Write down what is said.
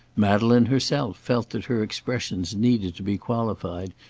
madeleine herself felt that her expressions needed to be qualified,